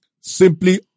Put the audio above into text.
simply